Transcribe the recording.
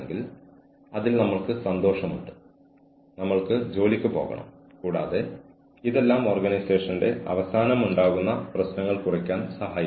അതിനാൽ ആർക്കെങ്കിലും മോശം നെറ്റ്വർക്ക് കണക്ഷനുണ്ടെങ്കിൽ ആർക്കെങ്കിലും മോശം ഫോൺ കണക്ഷനുണ്ടെങ്കിൽ ടെലികമ്മ്യൂട്ടിംഗ് സമയത്ത് അവർക്ക് ഉൽപ്പാദനക്ഷമത കൈവരിക്കാൻ കഴിയില്ല